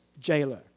jailer